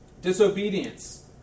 disobedience